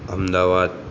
Ahmedabad